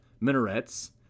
minarets